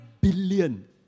billion